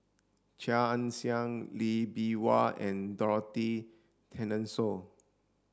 Chia Ann Siang Lee Bee Wah and Dorothy Tessensohn